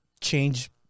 change